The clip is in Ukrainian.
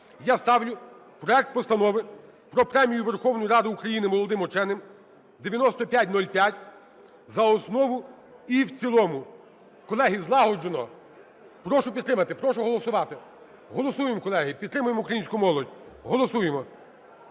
я ставлю проект Постанови про Премію Верховної Ради України молодим ученим (9505) за основу і в цілому. Колеги, злагоджено прошу підтримати, прошу голосувати. Голосуємо, колеги. Підтримуємо українську молодь. Голосуємо.